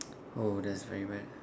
oh that's very bad